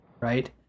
right